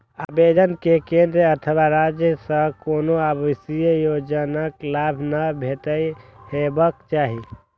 आवेदक कें केंद्र अथवा राज्य सं कोनो आवासीय योजनाक लाभ नहि भेटल हेबाक चाही